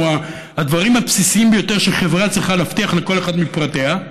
זה לדברים הבסיסיים ביותר שחברה צריכה להבטיח לכל אחד מפרטיה.